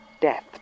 death